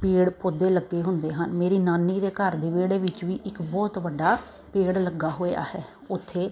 ਪੇੜ ਪੌਦੇ ਲੱਗੇ ਹੁੰਦੇ ਹਨ ਮੇਰੀ ਨਾਨੀ ਦੇ ਘਰ ਦੇ ਵਿਹੜੇ ਵਿੱਚ ਵੀ ਇੱਕ ਬਹੁਤ ਵੱਡਾ ਪੇੜ ਲੱਗਾ ਹੋਇਆ ਹੈ ਓਥੇ